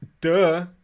duh